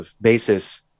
basis